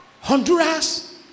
Honduras